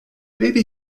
maybe